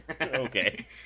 okay